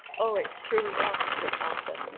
oh, it's true enough, said arthur.